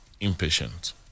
impatient